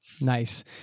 Nice